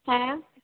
হ্যাঁ